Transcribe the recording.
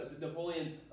Napoleon